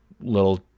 little